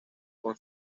con